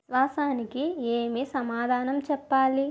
విశ్వానికి ఏమి సమాధానం చెప్పాలి